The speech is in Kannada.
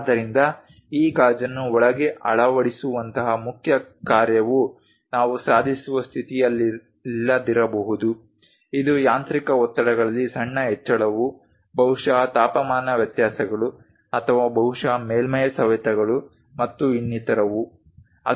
ಆದ್ದರಿಂದ ಈ ಗಾಜನ್ನು ಒಳಗೆ ಅಳವಡಿಸುವಂತಹ ಮುಖ್ಯ ಕಾರ್ಯವು ನಾವು ಸಾಧಿಸುವ ಸ್ಥಿತಿಯಲ್ಲಿಲ್ಲದಿರಬಹುದು ಇದು ಯಾಂತ್ರಿಕ ಒತ್ತಡಗಳಲ್ಲಿ ಸಣ್ಣ ಹೆಚ್ಚಳವು ಬಹುಶಃ ತಾಪಮಾನ ವ್ಯತ್ಯಾಸಗಳು ಅಥವಾ ಬಹುಶಃ ಮೇಲ್ಮೈ ಸವೆತಗಳು ಮತ್ತು ಇನ್ನಿತರವು